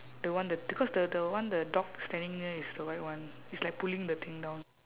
the one the d~ because the the one the dog standing near is the white one it's like pulling the thing down